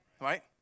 right